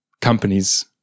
companies